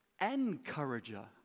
encourager